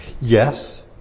Yes